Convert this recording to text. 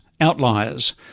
outliers